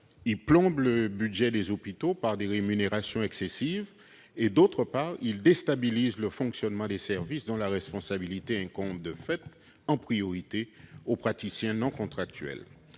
il plombe le budget des hôpitaux par des rémunérations excessives, et, d'autre part, il déstabilise le fonctionnement des services, dont la responsabilité incombe de fait, en priorité, aux praticiens non contractuels.